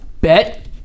Bet